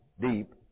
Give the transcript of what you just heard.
deep